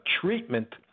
treatment